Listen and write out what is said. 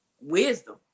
wisdom